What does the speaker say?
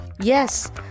Yes